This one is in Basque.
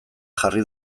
jarri